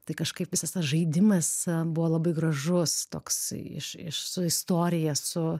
tai kažkaip visas tas žaidimas buvo labai gražus toks iš iš su istorija su